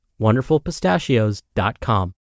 wonderfulpistachios.com